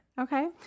Okay